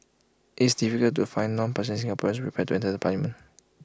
it's difficult to find non partisan Singaporeans prepared to enter the parliament